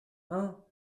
hein